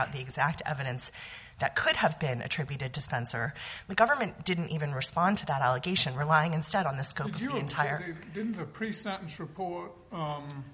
out the exact evidence that could have been attributed to spencer the government didn't even respond to that allegation relying instead on this completely entire